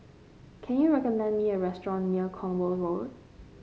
can you recommend me a restaurant near Cornwall Road